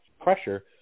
pressure